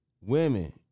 Women